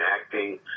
acting